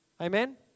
Amen